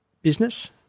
business